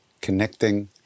connecting